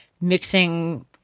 mixing